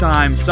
Time